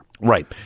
Right